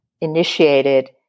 initiated